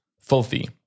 filthy